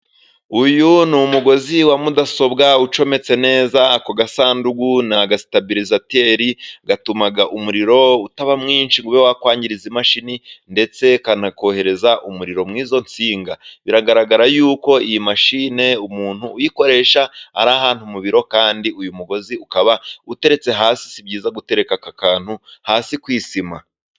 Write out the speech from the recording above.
Uyu ni umugozi wa mudasobwa ucometse neza, ako gasanduku ni agasitabirizateri gatuma umuriro utaba mwinshi, ngo ube wakwangiriza imashini ndetse kanoherereza umuriro muri izo nsinga, biragaragara yuko iyi mashini umuntu uyikoresha ari hano mu biro, kandi uyu mugozi ukaba uteretse hasi. Si byiza gutereka aka kantu hasi kwisima.